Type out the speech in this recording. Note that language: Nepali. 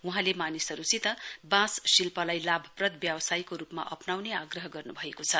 वहाँले मानिसहरुसित वाँस शिल्पलाई लाभप्रद व्यावसायको रुपमा अप्नाउने आग्रह गर्नुभएको छ